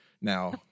now